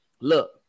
Look